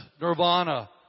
nirvana